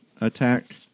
attack